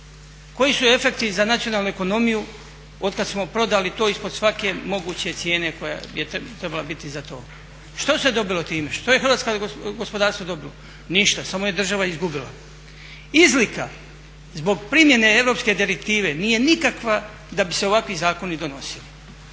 koji su efekti za nacionalnu ekonomiju od kad smo prodali to ispod svake moguće cijene koja je trebala biti za to, što se dobilo time, što je hrvatsko gospodarstvo dobilo? Ništa, samo je država izgubila. Izlika zbog primjene europske direktive nije nikakva da bi se ovakvi zakoni donosili.